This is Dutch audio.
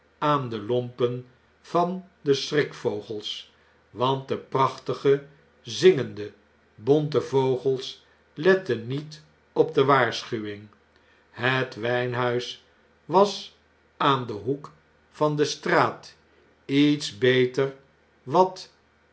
aan de lompen van de schrikvogels want de prachtige zingende bonte vogels lettennietop de waarschuwing het wgnhuis was aan den hoek van de straat het wjjnhuis iets beter wat